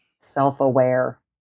Self-aware